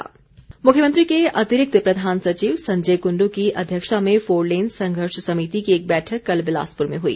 संजय कुंड् मुख्यमंत्री के अतिरिक्त प्रधान सचिव संजय कुंडू की अध्यक्षता में फोरलेन संघर्ष समिति की एक बैठक कल बिलासपुर में हुई